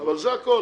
אבל זה הכול.